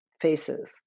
faces